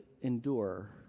endure